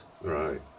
Right